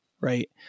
Right